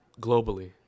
globally